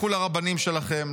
לכו לרבנים שלכם,